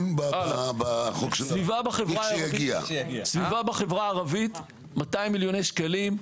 סביבה בחברה הערבית, 200,000,000 שקלים,